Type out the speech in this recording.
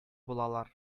булалар